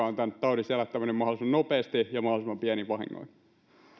on tämän taudin selättäminen mahdollisimman nopeasti ja mahdollisimman pienin vahingoin